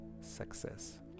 success